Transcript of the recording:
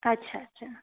अच्छा अच्छा